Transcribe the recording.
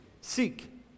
Seek